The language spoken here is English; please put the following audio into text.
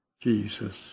Jesus